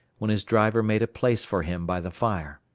when his driver made a place for him by the fire.